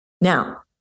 Now